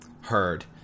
heard